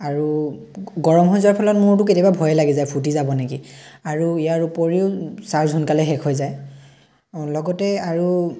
আৰু গৰম হৈ যোৱাৰ ফলত মোৰতো কেতিয়াবা ভয় লাগি যায় ফুটি যাব নেকি আৰু ইয়াৰ উপৰিও চাৰ্জ সোনকালে শেষ হৈ যায় লগতে আৰু